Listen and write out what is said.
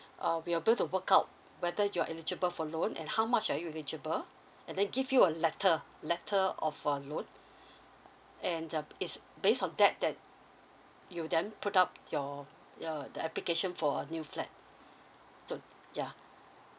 uh we'll able to work out whether you are eligible for loan and how much are you eligible and then give you a letter letter of a loan and uh is based on that that you then put up your uh the application for a new flat so ya